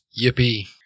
yippee